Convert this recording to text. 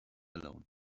alone